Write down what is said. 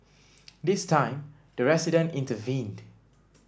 this time the resident intervened